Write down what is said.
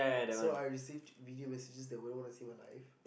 so I received video messages that I wouldn't want to see in my life